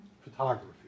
photography